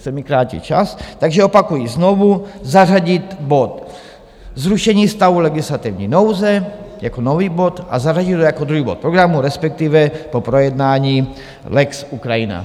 Už se mi krátí čas, takže opakuji: znovu zařadit bod zrušení stavu legislativní nouze jako nový bod a zařadit ho jako druhý bod programu, respektive po projednání lex Ukrajina.